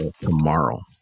tomorrow